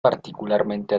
particularmente